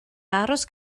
aros